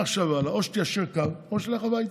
מעכשיו והלאה או שתיישר קו או שתלך הביתה.